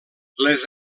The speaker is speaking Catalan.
les